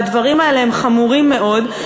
והדברים האלה הם חמורים מאוד.